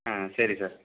ஆ சரி சார்